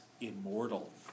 immortal